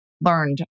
learned